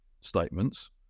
statements